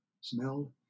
smelled